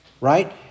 Right